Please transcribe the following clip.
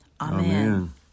Amen